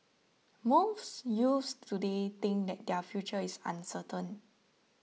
most youths today think that their future is uncertain